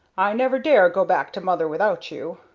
i'd never dare go back to mother without you.